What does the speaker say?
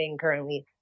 currently